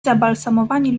zabalsamowani